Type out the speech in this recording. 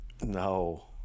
No